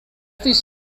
these